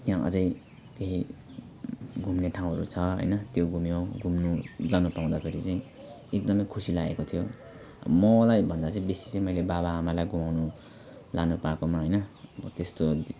त्यहाँ अझै त्यहीँ घुम्ने ठाउँहरू छ हैन त्यो घुम्यो घुम्नु जानु पाउँदाखेरि चाहिँ एकदमै खुसी लागेको थियो मलाईभन्दा चाहिँ बेसी चाहिँ मैले बाबाआमालाई घुमाउनु लानु पाएकोमा हैन अब त्यस्तो